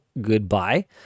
goodbye